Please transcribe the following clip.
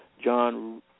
John